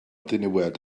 ddiniwed